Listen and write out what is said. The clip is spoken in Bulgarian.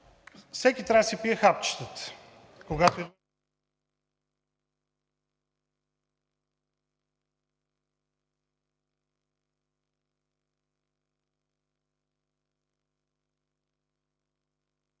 Всеки трябва да си пие хапчетата,